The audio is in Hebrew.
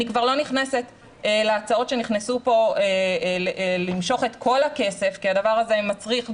אני כבר לא נכנסת להצעות שנכנסו פה למשוך את כל הכסף כי הדבר הזה מצריך,